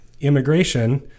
immigration